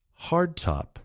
hardtop